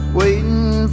waiting